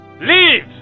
LEAVE